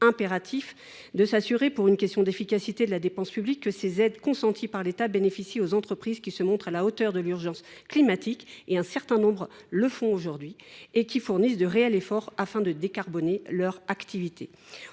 impératif de s’assurer pour une question d’efficacité de la dépense publique que ces aides consenties par l’État bénéficient aux entreprises qui se montrent à la hauteur de l’urgence climatique – un certain nombre d’entre elles le font aujourd’hui – et qui fournissent de réels efforts afin de décarboner leur activité.